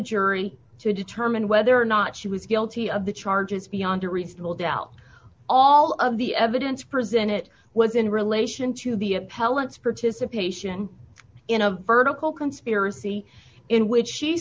jury to determine whether or not she was guilty of the charges beyond a reasonable doubt all of the evidence presented was in relation to the appellants participation in a vertical conspiracy in which she